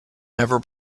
never